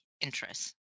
interests